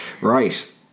Right